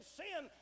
sin